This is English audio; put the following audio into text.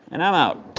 and i'm out.